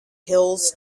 hills